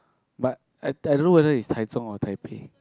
but I I don't know whether is Taichung or Taipei